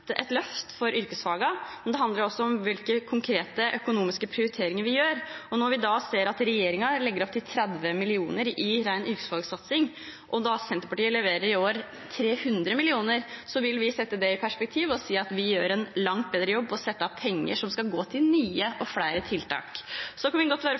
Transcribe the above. for yrkesfagene. Men det handler også om hvilke konkrete økonomiske prioriteringer vi gjør. Når vi ser at regjeringen legger opp til 30 mill. kr i ren yrkesfagsatsing og Senterpartiet i år leverer 300 mill. kr, vil vi sette det i perspektiv og si at vi gjør en langt bedre jobb og setter av penger som skal gå til nye og flere tiltak. Vi kan godt være